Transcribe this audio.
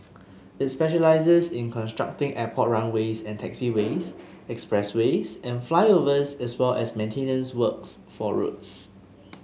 it specialises in constructing airport runways and taxiways expressways and flyovers as well as maintenance works for roads